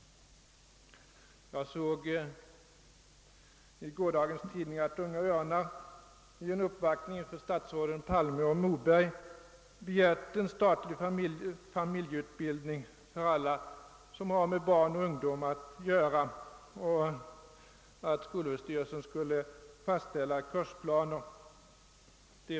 Jag såg i en gårdagstidning att Unga örnar vid en uppvaktning inför statsråden Palme och Moberg begärt en statliga familjeutbildning för alla som har med barn och ungdom att göra och begärt att skolöverstyrelsen skulle fastställa kursplaner.